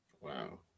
Wow